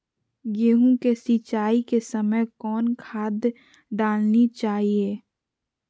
गेंहू के सिंचाई के समय कौन खाद डालनी चाइये?